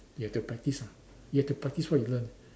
you have to practice lah you have to practice what you learnt